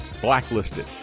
blacklisted